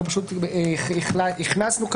והכנסנו,